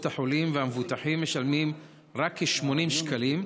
החולים: המבוטחים משלמים רק כ-80 שקלים,